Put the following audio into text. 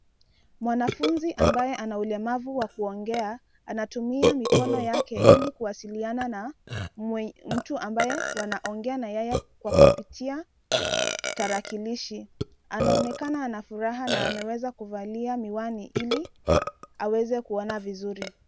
Mwanafunzi ambaye ana ulemavu wa kuongea anatumia mikono yake ili kuwasiliana na mtu ambaye wanaongea na yeye kwa kupitia tarakilishi. Anaonekana ana furaha na ameweza kuvalia miwani ili aweze kuona vizuri.